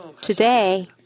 today